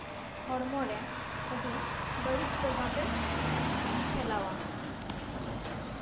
ᱦᱚᱲᱢᱚ ᱨᱮ ᱟᱹᱰᱤ ᱵᱟᱹᱲᱤᱡ ᱯᱨᱚᱵᱷᱟᱵᱽ ᱮ ᱯᱷᱮᱞᱟᱣᱟ